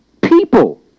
people